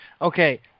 Okay